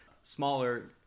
smaller